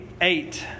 eight